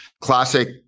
Classic